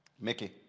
Mickey